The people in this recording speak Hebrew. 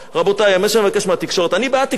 אני בעד תקשורת חופשית ודמוקרטית,